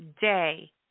day